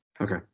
Okay